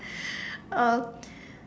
uh